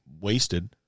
wasted